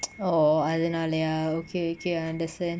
oh அதுனாலயா:athunaalayaa okay okay I understand